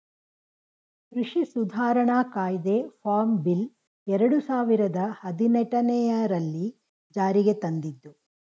ಕೃಷಿ ಸುಧಾರಣಾ ಕಾಯ್ದೆ ಫಾರ್ಮ್ ಬಿಲ್ ಎರಡು ಸಾವಿರದ ಹದಿನೆಟನೆರಲ್ಲಿ ಜಾರಿಗೆ ತಂದಿದ್ದು